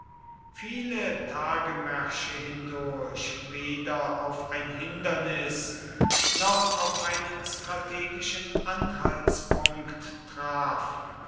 viele tagemärsche hindurch weder auf ein hindernis noch auf einen strategischen anhaltspunkt traf